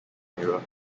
mirror